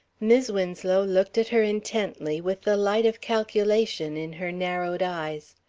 mis' winslow looked at her intently, with the light of calculation in her narrowed eyes.